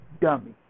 dummy